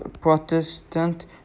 Protestant